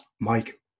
Mike